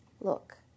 look